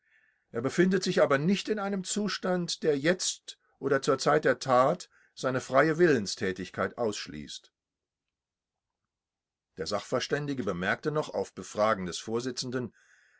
er befindet sich aber nicht in einem zustande der jetzt oder zur zeit der tat seine freie willenstätigkeit ausschließt der sachverständige bemerkte noch auf befragen des vorsitzenden